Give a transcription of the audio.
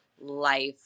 life